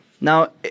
Now